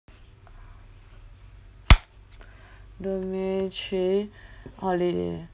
domain three holiday